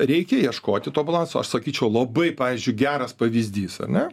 reikia ieškoti to balanso aš sakyčiau labai pavyzdžiui geras pavyzdys ar ne